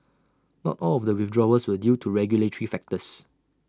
not all of the withdrawals were due to regulatory factors